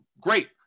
Great